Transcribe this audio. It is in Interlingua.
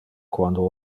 quando